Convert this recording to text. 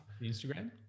Instagram